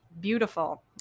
beautiful